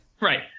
Right